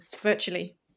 virtually